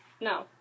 No